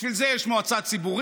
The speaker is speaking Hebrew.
בשביל זה יש מועצה ציבורית,